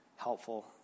helpful